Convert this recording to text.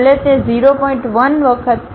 1 વખત અથવા અન્ય વસ્તુઓનો હોય